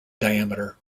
diameter